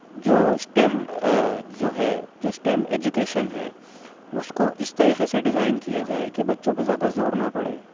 جو اسٹم جو ہے جو اسٹم ایجوکیشن ہے اُس کو اُس طریقے سے ڈیزائن کیا جائے کہ بچوں پہ زیادہ زور نہ پڑے